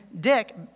Dick